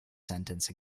sentence